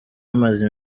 amaze